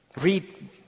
Read